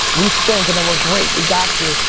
we stink, and then we're great, we got you.